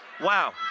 Wow